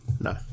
no